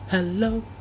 Hello